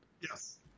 Yes